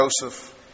Joseph